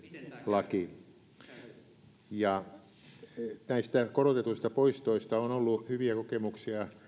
laki näistä korotetuista poistoista on ollut hyviä kokemuksia